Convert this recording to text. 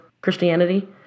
Christianity